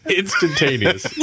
instantaneous